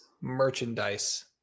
merchandise